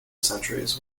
centuries